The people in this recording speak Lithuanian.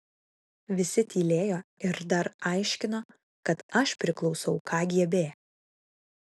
visi tylėjo ir dar aiškino kad aš priklausau kgb